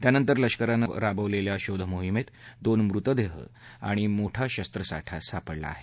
त्यानंतर लष्करानं राबवलेल्या शोधमोहीमेत दोन मृतदेह आणि मोठा शस्त्रसाठा सापडला आहे